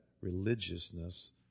religiousness